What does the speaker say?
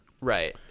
Right